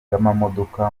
bw’amamodoka